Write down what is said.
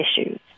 issues